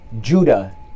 Judah